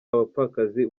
abapfakazi